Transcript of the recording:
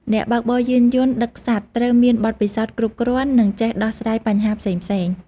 អ្នកបើកបរយានយន្តដឹកសត្វ ត្រូវមានបទពិសោធន៍គ្រប់គ្រាន់ និងចេះដោះស្រាយបញ្ហាផ្សេងៗ។